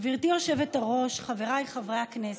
גברתי היושבת-ראש, חבריי חברי הכנסת,